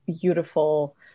beautiful